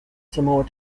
samoa